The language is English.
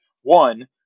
One